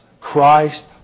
Christ